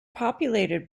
populated